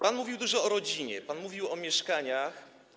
Pan mówił dużo o rodzinie, pan mówił o mieszkaniach.